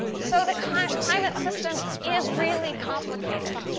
so the kind of climate system is really complicated.